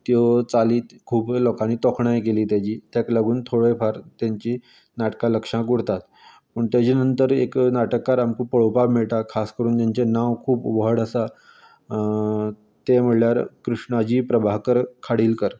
त्यो चाली खूब लोकांनी तोखणाय केली तेजी तेका लागून थोडे फार तेंची नाटकां लक्षांत उरता पूण तेजे नंतर एक नाटककार आमकां पळोवपाक मेळटा खास करून जें नांव खूब व्हड आसा तें म्हळ्यार कृष्णाजी प्रभाकर खाडेलकर